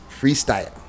freestyle